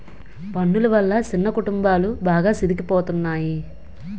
పన్నులు వల్ల చిన్న కుటుంబాలు బాగా సితికిపోతున్నాయి